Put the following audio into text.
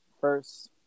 first